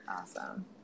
Awesome